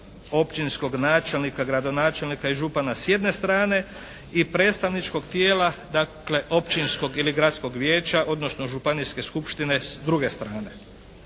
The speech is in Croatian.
općinskog načelnika, gradonačelnika i župana s jedne strane i predstavničkog tijela dakle općinskog ili gradskog vijeća odnosno županijske skupštine s druge strane.